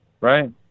Right